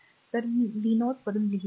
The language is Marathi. तर मी v0 वरून लिहित आहे